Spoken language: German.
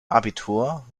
abitur